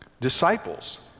disciples